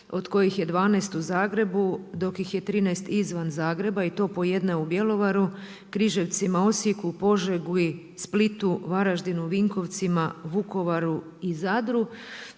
od kojih je 12 u Zagrebu, dok ih je 13 izvan Zagreba i to po jedne u Bjelovaru, Križevcima, Osijeku, Požegi, Splitu, Varaždinu, Vinkovcima, Vukovaru i Zadru